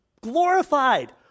glorified